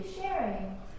sharing